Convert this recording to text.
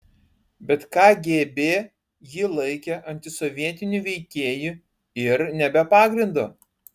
bet kgb jį laikė antisovietiniu veikėju ir ne be pagrindo